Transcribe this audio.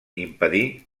impedí